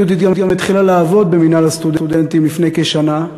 ויהודית גם התחילה לעבוד במינהל הסטודנטים לפני כשנה.